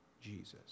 Jesus